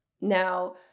Now